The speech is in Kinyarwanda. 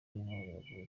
w’intore